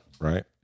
right